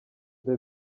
the